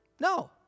No